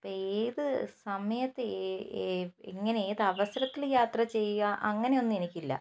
ഇപ്പോൾ ഏത് സമയത്ത് എങ്ങനെ ഏത് അവസരത്തിൽ യാത്രചെയ്യുക അങ്ങനെ ഒന്നും എനിക്ക് ഇല്ല